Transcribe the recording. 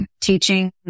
teaching